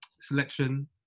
selection